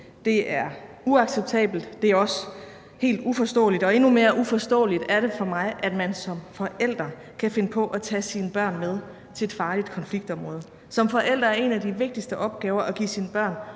Det er uacceptabelt, og det er også helt uforståeligt, og endnu mere uforståeligt er det for mig, at man som forælder kan finde på at tage sine børn med til et farligt konfliktområde. Som forælder er en af de vigtigste opgaver at give sine børn